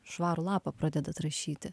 švarų lapą pradedat rašyti